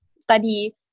study